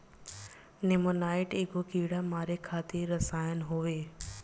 नेमानाइट एगो कीड़ा मारे खातिर रसायन होवे